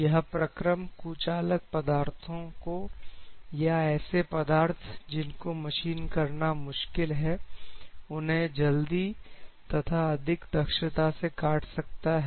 यह प्रक्रम कुचालक पदार्थों को तथा ऐसे पदार्थ जिनको मशीन करना मुश्किल है उन्हें जल्दी तथा अधिक दक्षता से काट सकता है